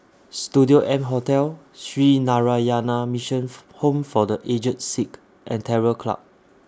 Studio M Hotel Sree Narayana Mission Home For The Aged Sick and Terror Club